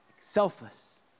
selfless